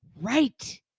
Right